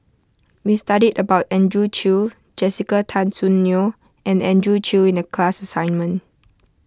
we studied about Andrew Chew Jessica Tan Soon Neo and Andrew Chew in the class assignment